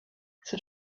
sut